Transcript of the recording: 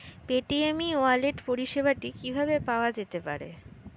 Paytm e wallet পরিষেবাটি কিভাবে পাওয়া যেতে পারে?